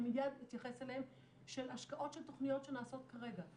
מיד אתייחס אליהם של השקעות של תכניות שנעשות כרגע.